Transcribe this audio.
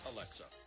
Alexa